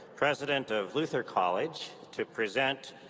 president of luther college, to present